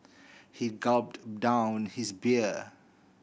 he gulped down his beer